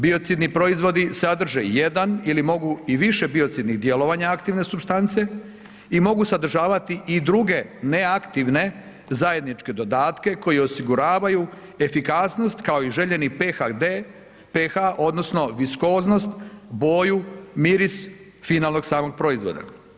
Biocidni proizvodi sadrže jedan ili mogu i više biocidnih djelovanja aktivne supstance i mogu sadržavati i druge neaktivne zajedničke dodatke koji osiguravaju efikasnost kao i željeni PhD, Ph odnosno viskoznost, boju, miris, finalnog samog proizvoda.